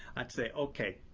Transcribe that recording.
i'd say, okay,